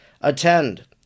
Attend